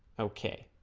okay